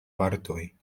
partoj